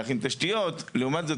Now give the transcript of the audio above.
להכין תשתיות; לעומת זאת,